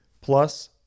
plus